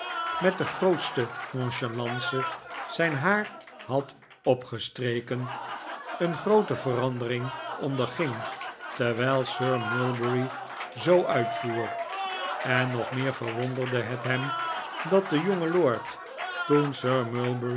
met de grootste nonchalance zijn haar had opgestreken een groote ver'andering onderging terwijl sir mulberry zoo uitvoer en nog meer verwonderde het hem dat de jonge lord toen